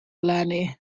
eleni